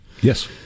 Yes